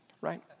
right